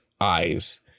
eyes